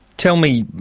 tell me,